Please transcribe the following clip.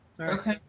Okay